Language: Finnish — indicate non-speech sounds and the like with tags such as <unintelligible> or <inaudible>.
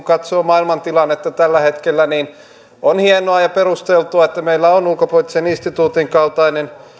<unintelligible> katsoo maailman tilannetta tällä hetkellä niin on hienoa ja perusteltua että meillä on ulkopoliittisen instituutin kaltainen